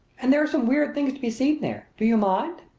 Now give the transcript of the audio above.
and there are some weird things to be seen there. do you mind?